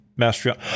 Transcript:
Mastriano